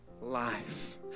life